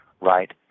right